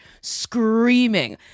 screaming